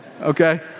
Okay